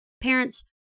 parents